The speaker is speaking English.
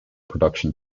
production